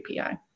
API